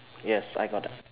yes I got th~